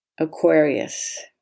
Aquarius